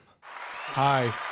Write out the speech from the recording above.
Hi